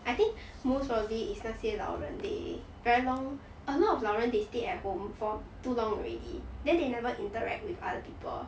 I think most probably is 那些老人 they very long a lot of 老人 they stay at home for too long already then they never interact with other people